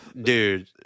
dude